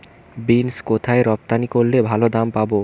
Beans কোথায় রপ্তানি করলে ভালো দাম পাব?